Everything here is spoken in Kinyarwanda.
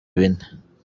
bine